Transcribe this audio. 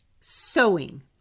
Sewing